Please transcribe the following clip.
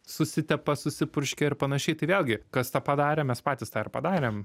susitepa susipurškia ir panašiai tai vėlgi kas tą padarė mes patys tą ir padarėm